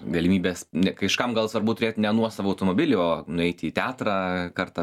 galimybės n kažkam gal svarbu turėt ne nuosavą automobilį o nueiti į teatrą kartą